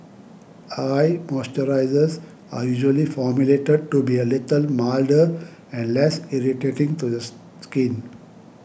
eye moisturisers are usually formulated to be a little milder and less irritating to the skin